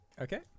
Okay